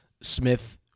Smith